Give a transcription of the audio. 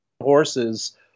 horses